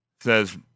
says